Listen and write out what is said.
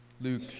Luke